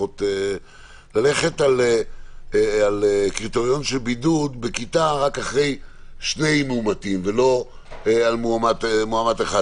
ללכת על קריטריון של בידוד בכיתה רק אחרי שני מאומתים ולא על מאומת אחד.